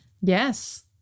Yes